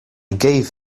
gave